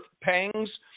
pangs